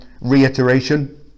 reiteration